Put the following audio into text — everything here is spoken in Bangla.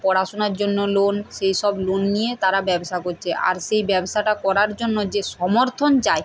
পড়াশুনার জন্য লোন সেই সব লোন নিয়ে তারা ব্যবসা করছে আর সেই ব্যবসাটা করার জন্য যে সমর্থন চাই